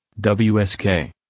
WSK